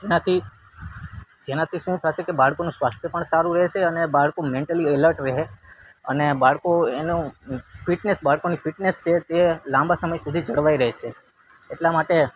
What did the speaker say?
જેનાથી જેનાથી શું થશે કે બાળકોનું સ્વાસ્થ્ય પણ સારું રહેશે અને બાળકો મેન્ટલી એલર્ટ રહે અને બાળકો એનું ફિટનેસ બાળકોની ફિટનેસ છે તે લાંબા સમય સુધી જળવાઈ રહેશે એટલા માટે